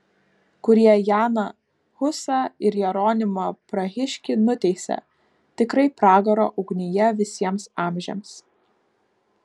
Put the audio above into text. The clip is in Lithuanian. kurie janą husą ir jeronimą prahiškį nuteisė tikrai pragaro ugnyje visiems amžiams